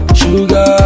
sugar